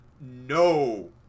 no